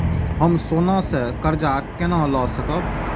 हम सोना से कर्जा केना लाय सकब?